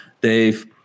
Dave